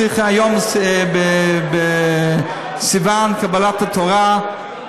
היום בסיוון, קבלת התורה.